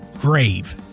GRAVE